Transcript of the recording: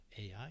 AI